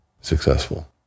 successful